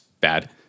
bad